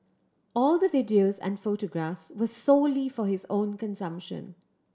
all the videos and photographs were solely for his own consumption